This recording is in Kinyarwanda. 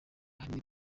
ahanini